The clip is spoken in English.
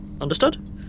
Understood